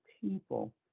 people